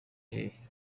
hehe